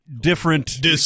different